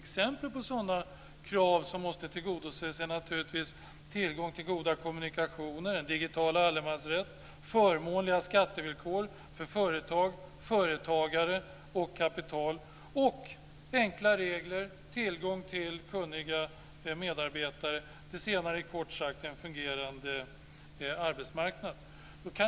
Exempel på sådana krav som måste tillgodoses är naturligtvis tillgång till goda kommunikationer, en digital allemansrätt, förmånliga skattevillkor för företag, företagare och kapital, enkla regler och tillgång till kunniga medarbetare. Det senare är kort sagt en fungerande arbetsmarknad. Fru talman!